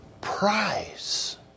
prize